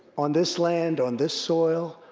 on this land, on this soil,